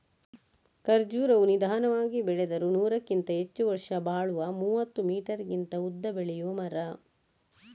ಖರ್ಜುರವು ನಿಧಾನವಾಗಿ ಬೆಳೆದರೂ ನೂರಕ್ಕಿಂತ ಹೆಚ್ಚು ವರ್ಷ ಬಾಳುವ ಮೂವತ್ತು ಮೀಟರಿಗಿಂತ ಉದ್ದ ಬೆಳೆಯುವ ಮರ